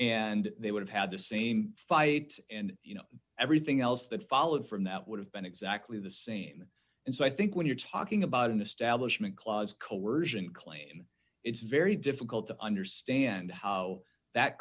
and they would have had the same fight and you know everything else that followed from that would have been exactly the same and so i think when you're talking about an establishment clause coersion claim it's very difficult to understand how that